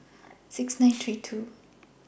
six nine three two